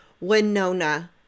Winona